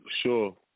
Sure